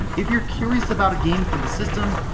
if you're curious about a game for the system,